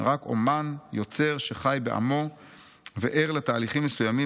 רק אומן יוצר שחי בעמו וער לתהליכים מסוימים